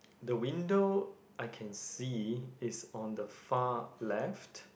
the window I can see is on the far left